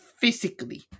physically